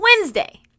Wednesday